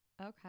okay